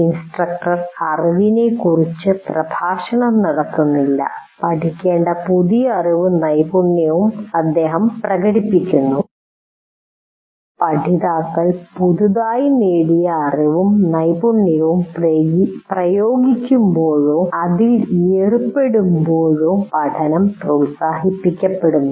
instructor അറിവിനെക്കുറിച്ച് പ്രഭാഷണം നടത്തുന്നില്ല പഠിക്കേണ്ട പുതിയ അറിവും നൈപുണ്യവും അദ്ദേഹം പ്രകടിപ്പിക്കുന്നു പഠിതാക്കൾ പുതുതായി നേടിയ അറിവും നൈപുണ്യവും പ്രയോഗിക്കുമ്പോഴോ അതിൽ ഏർപ്പെടുമ്പോഴോ പഠനം പ്രോത്സാഹിപ്പിക്കപ്പെടുന്നു